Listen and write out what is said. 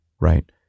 Right